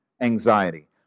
anxiety